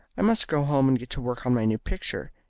i must go home and get to work on my new picture.